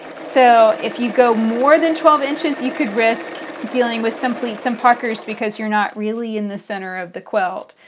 so if you go more than twelve you could risk dealing with some pleats and puckers because you're not really in the center of the quilt,